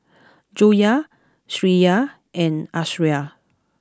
Joyah Syirah and Aisyah